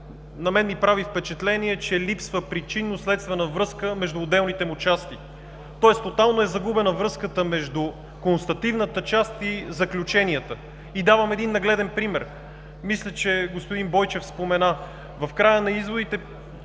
на мен ми прави впечатление, че липсва причинно-следствена връзка между отделните му части, тоест тотално е загубена връзката между констативната част и заключенията. И давам един нагледен пример. Мисля, че господин Бойчев спомена: в края на изводите